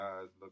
Look